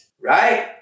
right